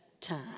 Time